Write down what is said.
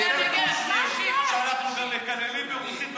הם גם מקללים ברוסית,